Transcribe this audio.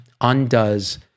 undoes